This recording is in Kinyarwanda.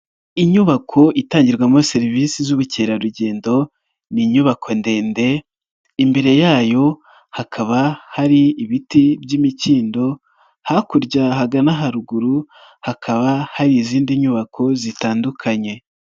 Inyubako itangirwamo serivisi z'ubukerarugendo ni inyubako ndende, imbere yayo hakaba hari ibiti by'imikindo, hakurya hagana haruguru hakaba hari izindi nyubako zitandukanye.